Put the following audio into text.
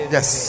Yes